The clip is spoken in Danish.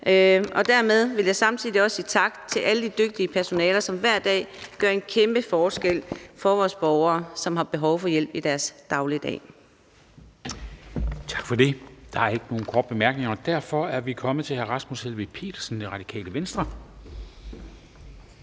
Dermed vil jeg samtidig også sige tak til det dygtige personale, som hver dag gør en kæmpe forskel for vores borgere, som har behov for hjælp i deres dagligdag.